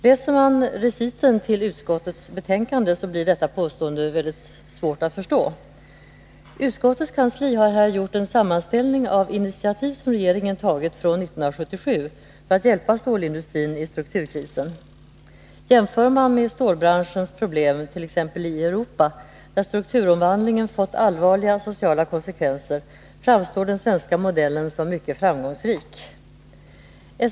Läser man reciten till utskottets betänkande, blir detta påstående mycket svårt att förstå. Utskottets kansli har här gjort en sammanställning av initiativ som regeringen har tagit från 1977 för att hjälpa stålindustrin i strukturkrisen. Jämför man med stålbranschens problem i andra länder i Europa, där strukturomvandlingen fått allvarliga sociala konsekvenser, finner man att den svenska modellen framstår som mycket framgångsrik.